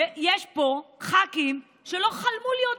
יש פה ח"כים שלא חלמו להיות בכנסת.